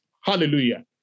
Hallelujah